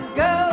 go